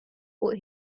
what